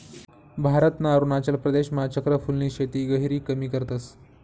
भारतना अरुणाचल प्रदेशमा चक्र फूलनी शेती गहिरी कमी करतस